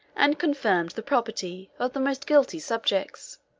and confirmed the property, of the most guilty subjects.